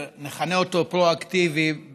נכנה אותו פרואקטיבי,